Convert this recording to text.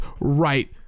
right